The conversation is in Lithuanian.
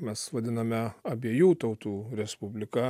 mes vadiname abiejų tautų respublika